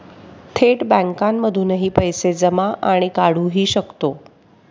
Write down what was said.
थेट बँकांमधूनही पैसे जमा आणि काढुहि शकतो